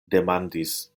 demandis